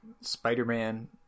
Spider-Man